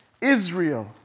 Israel